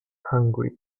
hungry